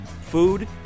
food